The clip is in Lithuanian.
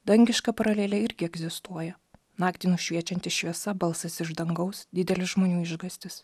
dangiška paralelė irgi egzistuoja naktį nušviečianti šviesa balsas iš dangaus didelis žmonių išgąstis